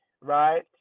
right